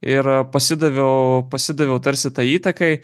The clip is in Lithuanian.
ir pasidaviau pasidaviau tarsi tai įtakai